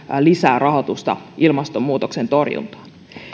lisää rahoitusta ilmastonmuutoksen torjuntaan